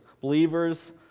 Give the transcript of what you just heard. believers